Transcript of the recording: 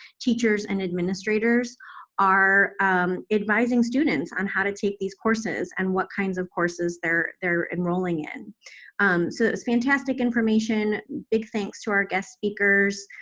teachers, and administrators are advising students on how to take these courses, and what kinds of courses they're they're enrolling in. so it was fantastic information, big thanks to our guest speakers.